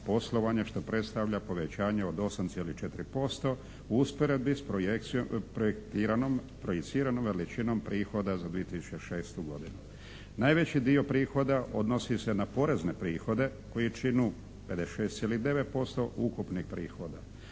što predstavlja povećanje od 8,4% u usporedbi s projektiranom, projiciranom veličinom prihoda za 2006. godinu. Najveći dio prihoda odnosi se na porezne prihode koji činu 56,9% ukupnih prihoda.